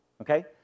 Okay